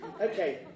Okay